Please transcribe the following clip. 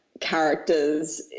characters